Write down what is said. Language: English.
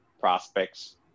prospects